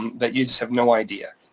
that you just have no idea.